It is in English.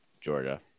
Georgia